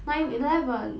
ah